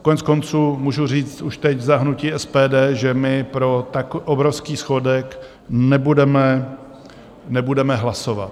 Koneckonců můžu říct už teď za hnutí SPD, že my pro tak obrovský schodek nebudeme hlasovat.